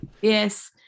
yes